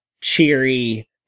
cheery